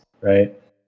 right